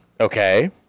Okay